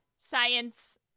science